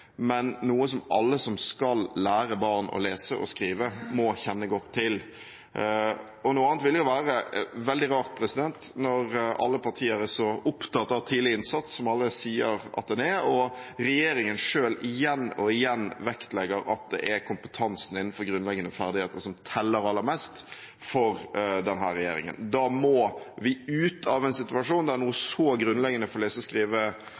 men noe som alle som skal lære barn å lese og skrive, må kjenne godt til. Noe annet ville jo være veldig rart når alle partier er så opptatt av tidlig innsats, som alle sier at de er, og regjeringen selv igjen og igjen vektlegger at det er kompetansen innenfor grunnleggende ferdigheter som teller aller mest for denne regjeringen. Da må vi ut av en situasjon der noe så grunnleggende for lese- og